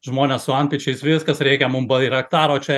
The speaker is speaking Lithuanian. žmonės su antpečiais viskas reikia mum bairaktarų čia